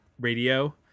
radio